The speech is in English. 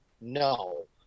No